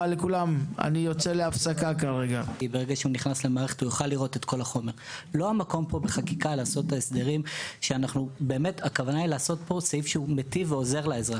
דבר שלא יאפשר להצביע על סעיפים שלא הוצבעו עדיין.